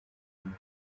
moto